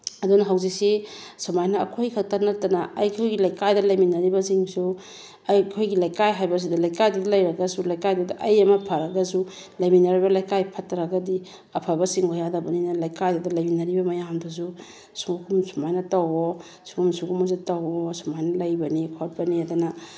ꯑꯗꯨꯅ ꯍꯧꯖꯤꯛꯁꯤ ꯁꯨꯃꯥꯏꯅ ꯑꯩꯈꯣꯏ ꯈꯛꯇ ꯅꯠꯇꯅ ꯑꯩꯈꯣꯏꯒꯤ ꯂꯩꯀꯥꯏꯗ ꯂꯩꯃꯤꯟꯅꯔꯤꯕꯁꯤꯡꯁꯨ ꯑꯩꯈꯣꯏꯒꯤ ꯂꯩꯀꯥꯏ ꯍꯥꯏꯕꯁꯤꯗ ꯂꯩꯀꯥꯏꯗꯨꯗ ꯂꯩꯔꯒꯁꯨ ꯂꯩꯀꯥꯏꯗꯨꯗ ꯑꯩ ꯑꯃ ꯐꯔꯒꯁꯨ ꯂꯩꯃꯤꯟꯅꯔꯤꯕ ꯂꯩꯀꯥꯏ ꯐꯠꯇ꯭ꯔꯒꯗꯤ ꯑꯐꯕ ꯆꯤꯡꯉꯣ ꯌꯥꯗꯕꯅꯤꯅ ꯂꯩꯀꯥꯏꯗꯨꯗ ꯂꯩꯃꯤꯟꯅꯔꯤꯕ ꯃꯌꯥꯝꯗꯨꯁꯨ ꯁꯨꯃꯥꯏꯅ ꯇꯧꯋꯣ ꯁꯤꯒꯨꯝ ꯁꯤꯒꯨꯝꯕꯁꯦ ꯇꯧꯋꯣ ꯁꯨꯃꯥꯏꯅ ꯂꯩꯕꯅꯦ ꯈꯣꯠꯄꯅꯦꯗꯅ